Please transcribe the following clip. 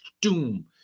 Doom